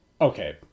Okay